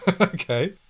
Okay